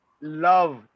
love